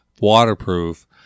waterproof